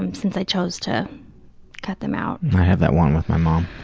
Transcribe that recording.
um since i chose to cut them out. i have that one with my mom.